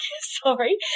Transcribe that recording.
Sorry